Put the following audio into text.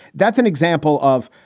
that's an example of.